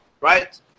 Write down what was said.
right